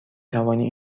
توانی